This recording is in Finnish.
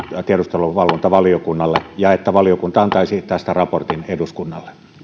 tiedusteluvalvontavaliokunnalle ja se että valiokunta antaisi tästä raportin eduskunnalle